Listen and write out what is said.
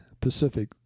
Pacific